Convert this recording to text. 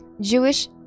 Jewish